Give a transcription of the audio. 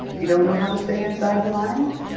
you don't know how to stay inside the lines,